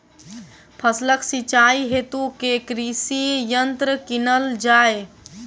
फसलक सिंचाई हेतु केँ कृषि यंत्र कीनल जाए?